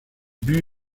buts